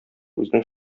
үзенең